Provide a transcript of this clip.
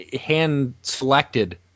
hand-selected